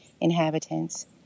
inhabitants